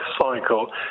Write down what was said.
cycle